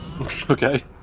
Okay